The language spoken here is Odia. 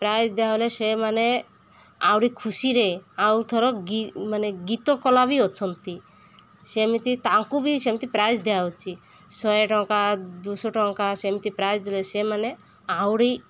ପ୍ରାଇଜ୍ ଦିଆହେଲେ ସେମାନେ ଆହୁରି ଖୁସିରେ ଆଉ ଥର ମାନେ ଗୀତ କଳା ବି ଅଛନ୍ତି ସେମିତି ତାଙ୍କୁ ବି ସେମିତି ପ୍ରାଇଜ୍ ଦିଆହେଉଛି ଶହ ଟଙ୍କା ଦୁଇଶହ ଟଙ୍କା ସେମିତି ପ୍ରାଇଜ୍ ଦେଲେ ସେମାନେ ଆହୁରି